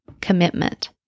commitment